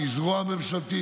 שהיא זרוע ממשלתית,